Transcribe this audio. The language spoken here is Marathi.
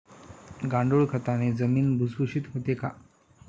गांडूळ खताने जमीन भुसभुशीत होते का?